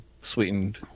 sweetened